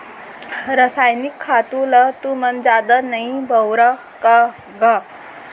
रसायनिक खातू ल तुमन जादा नइ बउरा का गा?